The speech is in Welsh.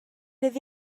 iddi